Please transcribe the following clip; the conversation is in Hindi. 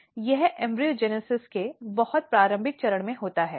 यह एम्ब्रिओजेन्इसिस के बहुत प्रारंभिक चरण में होता है